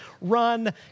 run